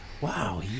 Wow